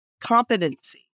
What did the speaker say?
competency